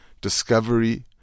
Discovery